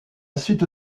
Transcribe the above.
suite